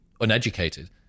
uneducated